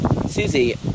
Susie